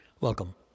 Welcome